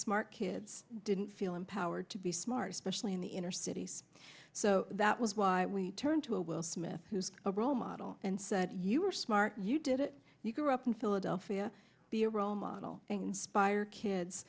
smart kids didn't feel empowered to be smart especially in the inner cities so that was why we turned to a will smith who's a role model and said you were smart you did it you grew up in philadelphia be a role model and inspire kids